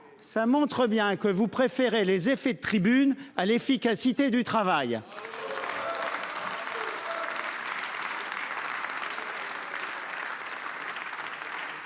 ça montre bien que vous préférez les effets de tribune à l'efficacité du travail.